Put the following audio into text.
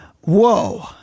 whoa